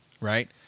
right